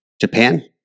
Japan